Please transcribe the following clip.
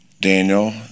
Daniel